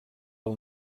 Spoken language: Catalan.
del